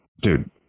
dude